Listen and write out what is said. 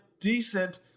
decent